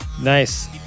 Nice